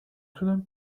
تونم